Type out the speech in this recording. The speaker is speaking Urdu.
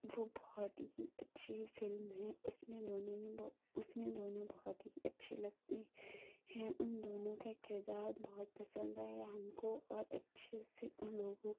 وہ بہت ہی اچھی فلم ہے اس میں دونوں نے بہو اس میں دونوں بہت ہی اچھے لگتے ہیں ان دونوں کا کردار بہت پسند آیا ہم کو اور اچھے سے ان لوگوں